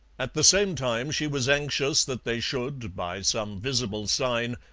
at the same time she was anxious that they should, by some visible sign,